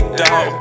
dog